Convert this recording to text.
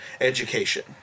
education